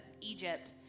Egypt